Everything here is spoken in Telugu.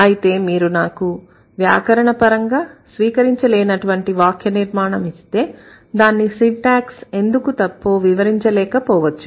అయితే మీరు నాకు వ్యాకరణపరంగా స్వీకరించ లేనటువంటి వాక్యనిర్మాణం ఇస్తే దాన్ని సింటాక్స్ ఎందుకు తప్పో వివరించ లేకపోవచ్చు